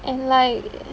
and like